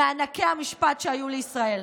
מענקי המשפט שהיו לישראל.